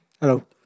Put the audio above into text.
Hello